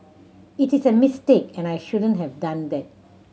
it is a mistake and I shouldn't have done that